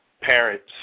parents